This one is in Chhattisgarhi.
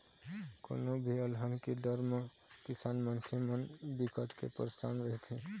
कोनो भी अलहन के डर म किसान मनखे मन बिकट के परसान रहिथे